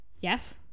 Yes